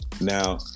Now—